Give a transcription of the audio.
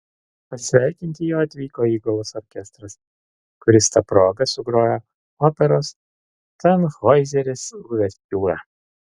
pasveikinti jo atvyko įgulos orkestras kuris ta proga sugrojo operos tanhoizeris uvertiūrą